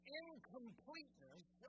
incompleteness